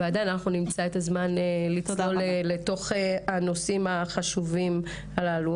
ועדיין אנחנו נמצא את הזמן לצלול לתוך הנושאים החשובים הללו.